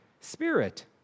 spirit